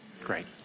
Great